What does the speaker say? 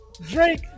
Drake